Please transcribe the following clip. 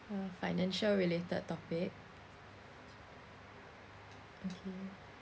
uh financial related topic okay